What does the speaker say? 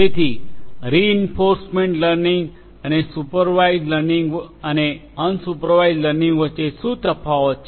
તેથી reinforcement learning supervised learning અને unsupervised learning વચ્ચે શું તફાવત છે